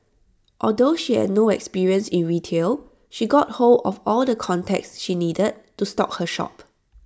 although she had no experience in retail she got hold of all the contacts she needed to stock her shop